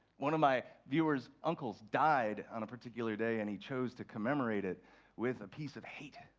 one of my viewer's uncles died on a particular day and he chose to commemorate it with a piece of hate.